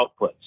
outputs